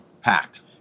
packed